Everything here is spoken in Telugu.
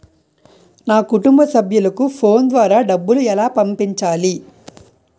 నా కుటుంబ సభ్యులకు ఫోన్ ద్వారా డబ్బులు ఎలా పంపించాలి?